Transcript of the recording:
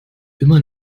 immer